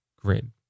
grid